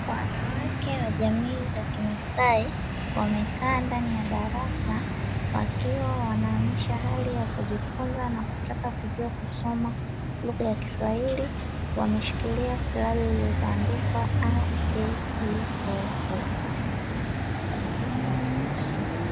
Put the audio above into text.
Wanawake wa jamii za kimasai wamekaa ndani ya darasa, wakiwa wanahamisha hali ya kujifunza na kutaka kujua kusoma lugha ya kiswahili, wameshikilia silabi zilizoandikwa a, e, i, o, u.